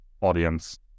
audience